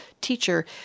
teacher